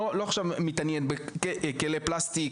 לא עכשיו מתעניין בכלי פלסטיק,